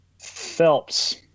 Phelps